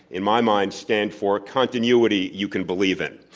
in my mind, stand for continuity you can believe in.